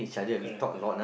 correct yeah